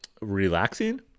Relaxing